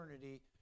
eternity